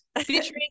featuring